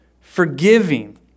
forgiving